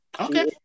Okay